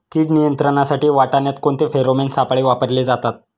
कीड नियंत्रणासाठी वाटाण्यात कोणते फेरोमोन सापळे वापरले जातात?